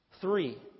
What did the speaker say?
Three